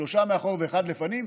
שלושה מאחור ואחד לפנים,